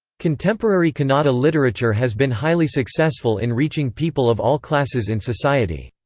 contemporary kannada literature has been highly successful in reaching people of all classes in society.